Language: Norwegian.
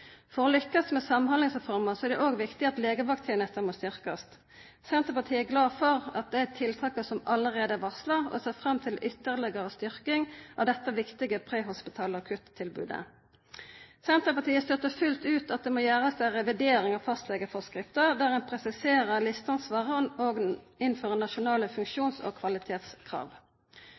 For å lykkast med Samhandlingsreforma er det òg viktig at legevakttenesta blir styrkt. Senterpartiet er glad for dei tiltaka som allereie er varsla, og ser fram til ei ytterlegare styrking av dette viktige prehospitale akutttilbodet. Senterpartiet støttar fullt ut at det må gjerast ei revidering av fastlegeforskrifta, der ein presiserer listeansvaret og innfører nasjonale funksjons- og kvalitetskrav.